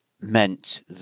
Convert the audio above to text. meant